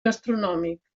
gastronòmic